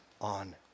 on